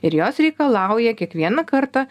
ir jos reikalauja kiekvieną kartą